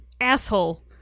asshole